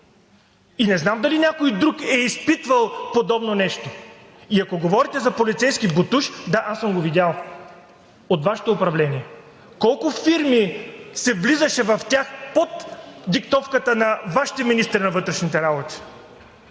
Не знам дали някой друг е изпитвал подобно нещо. И ако говорите за полицейски ботуш – да, аз съм го видял от Вашето управление. В колко фирми се влизаше под диктовката на Вашите министри на вътрешните работи?